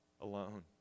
alone